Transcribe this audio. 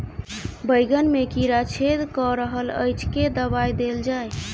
बैंगन मे कीड़ा छेद कऽ रहल एछ केँ दवा देल जाएँ?